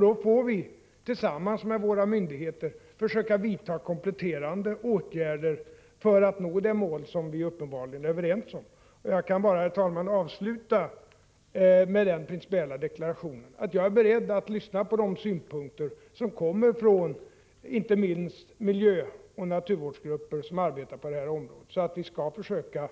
Då får vi, tillsammans med berörda myndigheter, försöka vidta kompletterande åtgärder för att nå det mål som vi uppenbarligen är överens om. Jag kan bara, herr talman, avsluta med att avge den principiella deklarationen att jag är beredd att lyssna på de synpunkter som kommer fram, inte minst från de miljöoch naturvårdsgrupper som arbetar på detta område. Vi skall alltså försöka